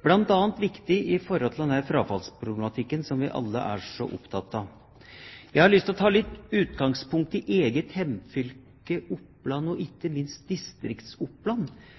Det er bl.a. viktig med tanke på frafallsproblematikken, som vi alle er så opptatt av. Jeg har lyst til å ta utgangspunkt i mitt eget hjemfylke, Oppland, og